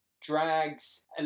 drags